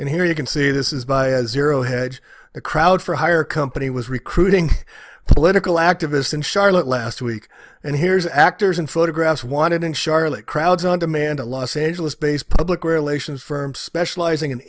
and here you can see this is baez zero hedge the crowd for hire company was recruiting political activists in charlotte last week and here's actors and photographs wanted in charlotte crowds on demand a los angeles based public relations firm specializing